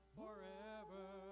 forever